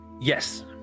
yes